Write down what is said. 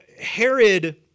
Herod